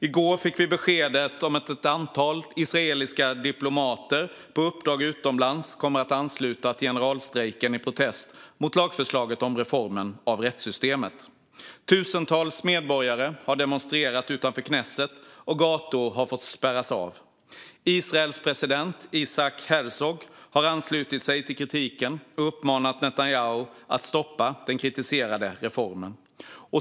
I går fick vi beskedet att ett antal utländska diplomater på uppdrag utomlands kommer att ansluta till generalstrejken i protest mot lagförslaget om reformen av rättssystemet. Tusentals medborgare har demonstrerat utanför knesset, och gator har fått spärras av. Israels president Isaac Herzog har anslutit sig till kritiken och uppmanat Netanyahu att stoppa den kritiserade reformen.